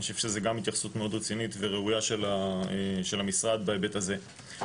אני חושב שזו גם התייחסות מאוד רצינית וראויה של המשרד בהיבט הזה.